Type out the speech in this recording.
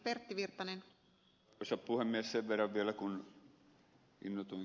sen verran vielä kun innoituin ed